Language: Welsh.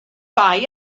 bai